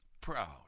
proud